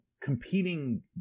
competing